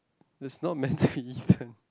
it's not man to eaten